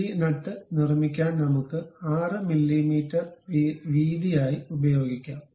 അതിനാൽ ഈ നട്ട് നിർമ്മിക്കാൻ നമുക്ക് 6 മില്ലീമീറ്റർ വീതിയായി ഉപയോഗിക്കാം